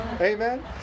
Amen